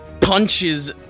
punches